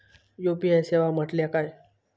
UPI सेवा म्हटल्या काय?